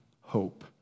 hope